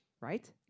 right